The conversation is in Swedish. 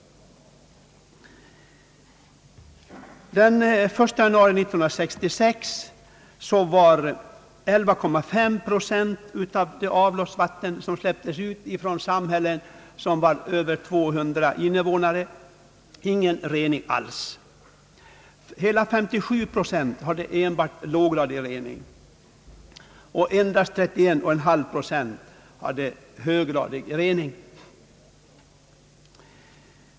Den 1 januari 1966 förekom beträffande 11,5 procent av det avloppsvatten som släpptes ut från samhällen med över 200 invånare ingen rening alls. Beträffande 57 procent förekom enbart låggradig rening och endast beträffande 31,5 procent var det fråga om höggradig rening.